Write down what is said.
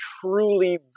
truly